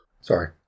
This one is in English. Sorry